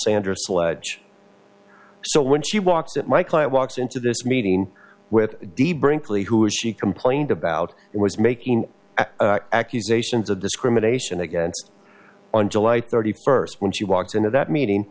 sander sledge so when she walks that my client walks into this meeting with de brinkley who is she complained about it was making accusations of discrimination against on july thirty first when she walks into that meeting